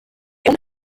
egun